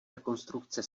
rekonstrukce